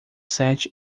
sete